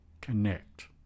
connect